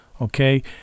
okay